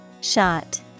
Shot